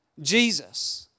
Jesus